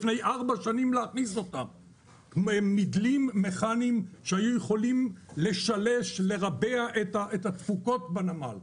לפני ארבע שנים; מדלים מכניים שהיו יכולים לשלש ולרבע את התפוקות בנמל.